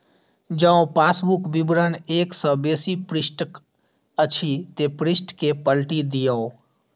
जौं पासबुक विवरण एक सं बेसी पृष्ठक अछि, ते पृष्ठ कें पलटि दियौ